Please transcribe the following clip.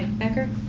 becker?